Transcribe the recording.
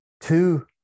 two